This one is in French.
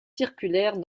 circulaire